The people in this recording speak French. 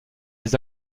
les